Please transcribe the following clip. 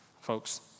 folks